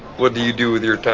what do you do with your